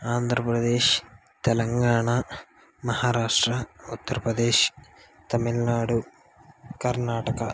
Andhra Pradesh Telangana Maharashtra Uttar Pradesh Tamil Nadu Karnataka